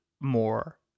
more